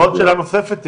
עוד שאלה נוספת,